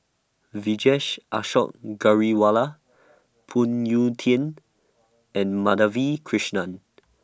Vijesh Ashok Ghariwala Phoon Yew Tien and Madhavi Krishnan